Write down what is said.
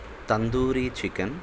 tandoori chicken